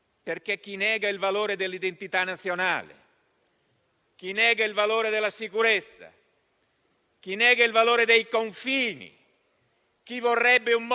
che non comprenda il valore di un preminente interesse nazionale nel difendere i confini da un'invasione